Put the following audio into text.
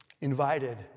invited